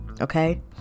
okay